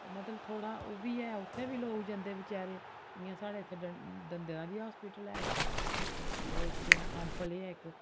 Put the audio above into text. मतलब थोह्ड़ा उब्भी ऐ उत्थै बी लोक जंदे न बचारे इ'यां साढ़े इत्थै दंदें दा बी अस्पताल ऐ इक ओह् इत्थै ऐ अंबफले ऐ इक